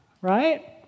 right